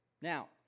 Now